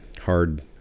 hard